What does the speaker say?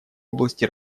области